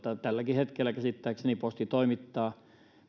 tälläkin hetkellä käsittääkseni posti toimittaa